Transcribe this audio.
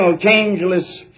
changeless